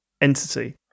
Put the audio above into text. entity